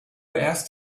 asked